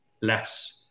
less